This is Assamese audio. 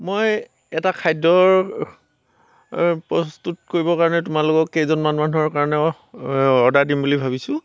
মই এটা খাদ্যৰ প্ৰস্তুত কৰিবৰ কাৰণে তোমালোকক কেইজনমান মানুহৰ কাৰণে অৰ্ডাৰ দিম বুলি ভাবিছোঁ